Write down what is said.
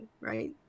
right